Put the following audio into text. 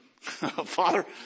Father